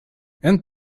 and